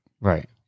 Right